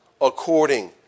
according